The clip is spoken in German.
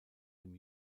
dem